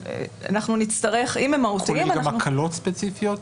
גם הקלות ספציפיות?